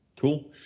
Cool